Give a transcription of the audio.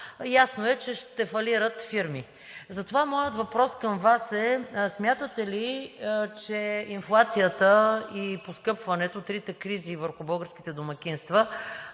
ясно, че ще фалират фирми. Затова моят въпрос към Вас е: смятате ли, че инфлацията и поскъпването – трите кризи върху българските домакинства,